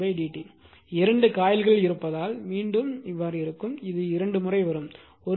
2 காயில்கள் இருப்பதால் மீண்டும் இருக்கும் அது இரண்டு முறை வரும்